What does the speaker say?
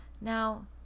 Now